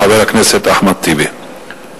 חבר הכנסת אחמד טיבי.